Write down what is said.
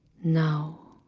now,